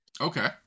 Okay